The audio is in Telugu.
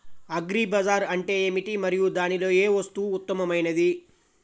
అగ్రి బజార్ అంటే ఏమిటి మరియు దానిలో ఏ వస్తువు ఉత్తమమైనది?